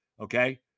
okay